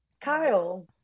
Kyle